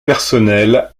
personnelles